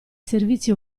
servizi